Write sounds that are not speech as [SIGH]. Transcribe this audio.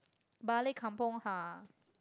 Balik Kampung [NOISE]